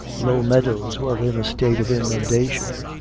low meadows were in a state of inundation,